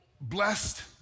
blessed